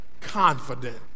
confident